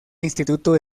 instituto